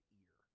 ear